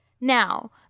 Now